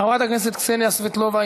חברת הכנסת קסניה סבטלובה,